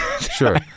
Sure